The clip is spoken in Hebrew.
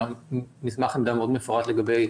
מסמך עמדה מאוד מפורט לגבי